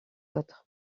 autre